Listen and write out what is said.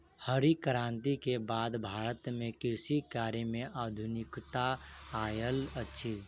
हरित क्रांति के बाद भारत में कृषि कार्य में आधुनिकता आयल अछि